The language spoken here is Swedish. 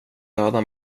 döda